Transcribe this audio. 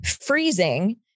freezing